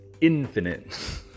infinite